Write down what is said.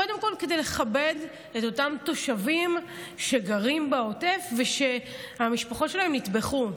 קודם כול כדי לכבד את אותם תושבים שגרים בעוטף שהמשפחות שלהם נטבחו.